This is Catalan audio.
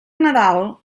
nadal